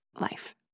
life